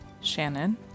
Shannon